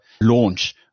launch